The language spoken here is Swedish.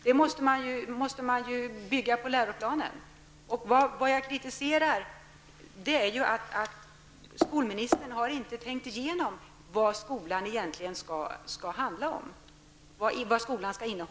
Detta måste bygga på läroplanen. Vad jag kritiserar är att skolministern inte har tänkt igenom vad skolan egentligen skall handla om och gå ut på.